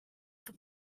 for